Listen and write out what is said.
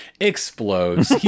explodes